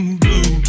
blue